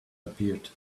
appeared